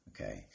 okay